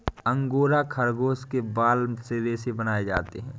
angora खरगोश के बाल से रेशे बनाए जाते हैं